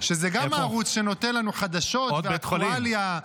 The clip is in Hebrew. שזה גם הערוץ שנותן לנו חדשות ואקטואליה -- עוד בית חולים.